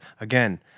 again-